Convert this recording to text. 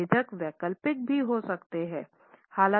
विभेद वैकल्पिक भी हो सकते हैं